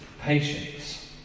patience